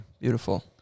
Beautiful